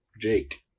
Jake